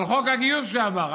על חוק הגיוס שעבר.